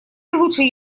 лучше